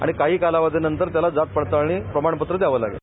आणि काही कालावधीनंतर त्याला जात पडताळणी प्रमाणपत्र द्यावं लागेल